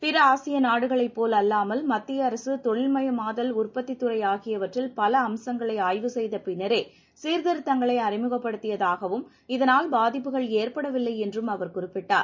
பிற ஆசிய நாடுகளைப் போல் அல்லாமல் மத்திய அரசு தொழில்மயமாதல் உற்பத்தி துறை ஆகியவற்றில் பல அம்சங்களை ஆய்வு செய்த பின்னரே சீர்திருத்தங்களை அறிமுகப்படுதியதாகவும் இதனால் பாதிப்புகள் ஏற்படவில்லையென்றும் அவர் குறிப்பிட்டார்